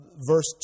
verse